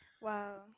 wow